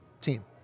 team